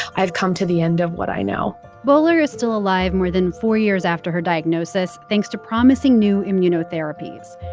i've come to the end of what i know bowler is still alive more than four years after her diagnosis thanks to promising new immunotherapies,